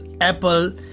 apple